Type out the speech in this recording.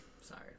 Sorry